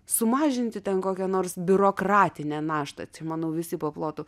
sumažinti ten kokią nors biurokratinę naštą čia manau visi paplotų